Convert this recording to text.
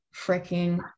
freaking